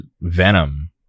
Venom